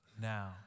now